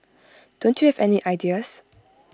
don't you have any ideas